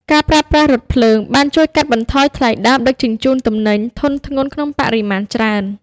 ការប្រើប្រាស់រថភ្លើងបានជួយកាត់បន្ថយថ្លៃដើមដឹកជញ្ជូនទំនិញធុនធ្ងន់ក្នុងបរិមាណច្រើន។